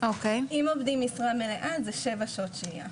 אם עובדים משרה מלאה זה שבע שעות שהייה.